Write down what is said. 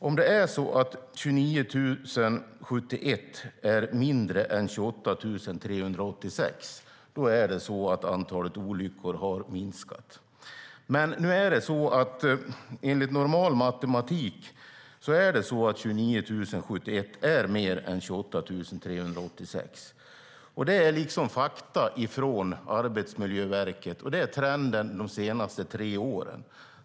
Om 29 071 är mindre än 28 386 har antalet olyckor minskat. Men så är det ju inte. Enligt normal matematik är 29 071 mer än 28 386. Det här är fakta från Arbetsmiljöverket, och så har trenden sett ut de senaste tre åren.